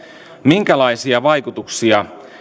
minkälaisia vaikutuksia